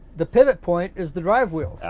the pivot point is the drive wheels.